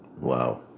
Wow